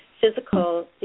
physical